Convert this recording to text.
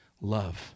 Love